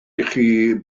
ichi